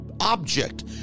Object